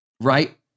right